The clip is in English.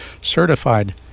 certified